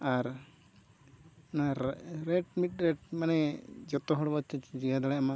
ᱟᱨ ᱱᱚᱣᱟ ᱨᱮᱴ ᱢᱤᱫ ᱨᱮᱴ ᱢᱟᱱᱮ ᱡᱚᱛᱚ ᱦᱚᱲ ᱵᱚ ᱤᱭᱟᱹ ᱫᱟᱲᱮᱭᱟᱜᱢᱟ